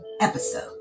episode